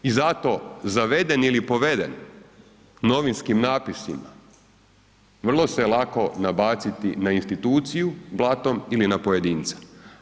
I zato zaveden ili poveden novinskim natpisima, vrlo se lako nabaciti na instituciju blatom ili na pojedinca.